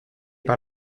par